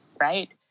right